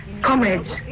Comrades